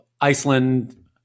Iceland